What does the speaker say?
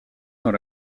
dans